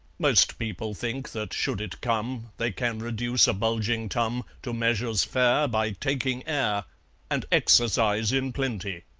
most people think that, should it come, they can reduce a bulging tum to measures fair by taking air and exercise in plenty.